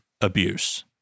abuse